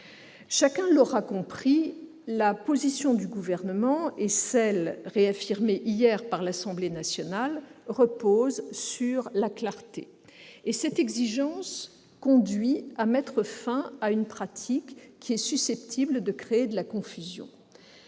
Chacun l'aura compris, la position du Gouvernement et celle qu'a réaffirmée hier l'Assemblée nationale reposent sur la clarté. Et cette exigence conduit à mettre fin à une pratique susceptible de créer de la confusion.